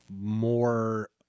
more